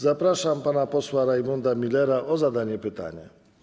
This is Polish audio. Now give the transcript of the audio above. Zapraszam pana posła Rajmunda Millera o zadanie pytania.